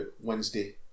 Wednesday